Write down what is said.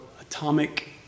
atomic